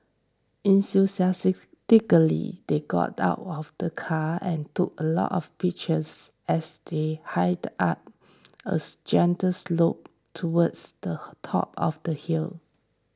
enthusiastically they got out of the car and took a lot of pictures as they hide up as gentle slope towards the top of the hill